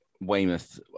Weymouth